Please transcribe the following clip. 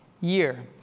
year